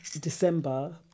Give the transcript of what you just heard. December